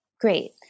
Great